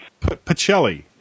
Pacelli